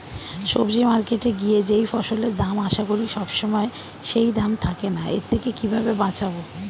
সবজি মার্কেটে গিয়ে যেই ফসলের দাম আশা করি সবসময় সেই দাম থাকে না এর থেকে কিভাবে বাঁচাবো?